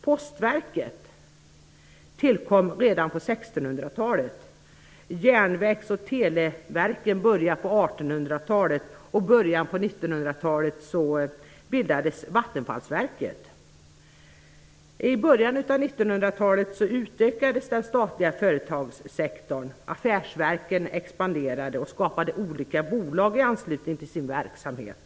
Postverket tillkom redan på 1600-talet, Järnvägs och Televerken på 1800-talet, och Vattenfallsverket bildades i början av I början av 1900-talet utökades den statliga företagssektorn. Affärsverken expanderade och skapade olika bolag i anslutning till sin verksamhet.